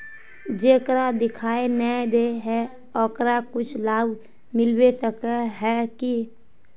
जेकरा दिखाय नय दे है ओकरा कुछ लाभ मिलबे सके है की?